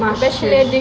mash mush